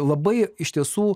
labai iš tiesų